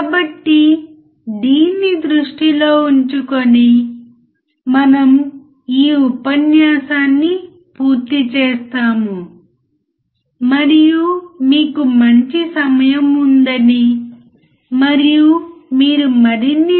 కాబట్టి మీరు మీ జ్ఞానాన్ని ఆచరణాత్మక అనువర్తనాలతో పరస్పరం అనుసంధానించడానికి ప్రయత్నించినప్పుడు మీరు మరింత అర్థం చేసుకుంటారు